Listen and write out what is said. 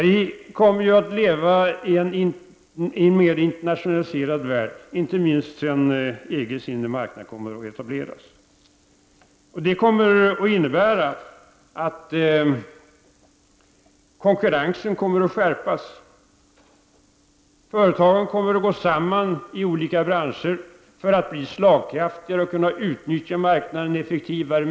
Vi kommer ju att leva i en mer internationaliserad värld, inte minst sedan EGs inre marknad kommit att etableras. Det kommer att innebära att konkurrensen skärps. Företag inom olika branscher kommer att gå samman för att bli slagkraftigare och kunna utnyttja marknaden effektivare.